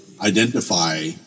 identify